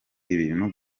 ibintu